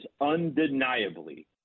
undeniably